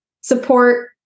support